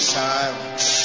silence